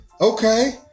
Okay